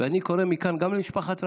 ואני קורא מכאן גם למשפחת רבין: